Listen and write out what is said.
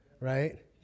right